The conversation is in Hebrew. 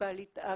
המוניציפלית עכו.